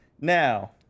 Now